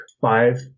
five